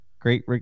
great